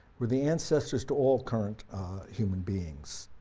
were the ancestors to all current human beings.